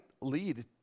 lead